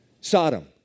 Sodom